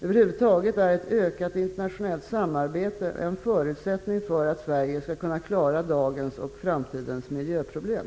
Över huvud taget är ett ökat internationellt samarbete en förutsättning för att Sverige skall kunna klara dagens och framtidens miljöproblem.